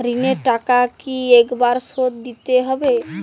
ঋণের টাকা কি একবার শোধ দিতে হবে?